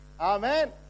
Amen